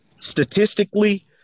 statistically